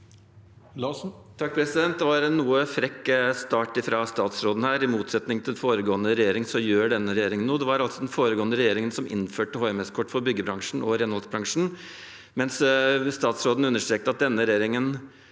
Det var en noe frekk start fra statsråden her, at i motsetning til foregående regjering så gjør denne regjeringen noe. Det var den foregående regjering som innførte HMS-kort for byggebransjen og renholdsbransjen, mens statsråden understreket at denne regjeringen